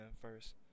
first